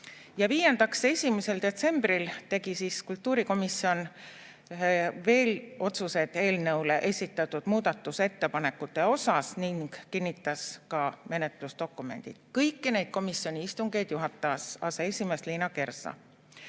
Ja viiendaks, 1. detsembril tegi kultuurikomisjon veel otsused eelnõu muudatusettepanekute kohta ning kinnitas ka menetlusdokumendid. Kõiki neid komisjoni istungeid juhatas aseesimees Liina Kersna.